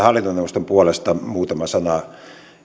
hallintoneuvoston puolesta muutama sana